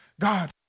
God